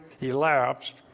elapsed